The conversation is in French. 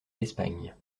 d’espagne